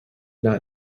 not